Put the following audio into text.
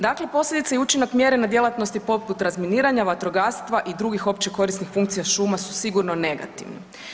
Dakle, posljedice i učinak mjere na djelatnosti poput razminiranja, vatrogastva i drugih općekorisnih funkcija šuma su sigurno negativne.